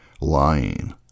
lying